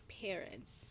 parents